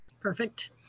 Perfect